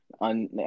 on